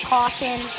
Caution